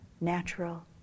natural